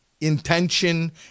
intention